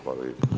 Hvala lijepo.